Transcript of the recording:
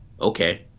okay